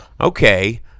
Okay